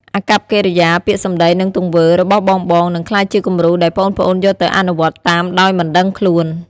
អាកប្បកិរិយា ពាក្យសម្ដី និងទង្វើ របស់បងៗ នឹងក្លាយជាគំរូដែលប្អូនៗយកទៅអនុវត្តតាមដោយមិនដឹងខ្លួន ។